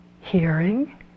Hearing